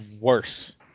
worse